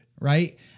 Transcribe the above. right